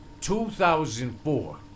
2004